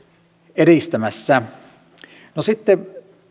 edistämässä sitten